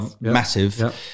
massive